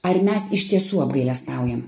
ar mes iš tiesų apgailestaujam